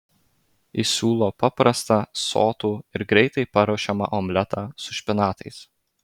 jis siūlo paprastą sotų ir greitai paruošiamą omletą su špinatais